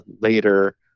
later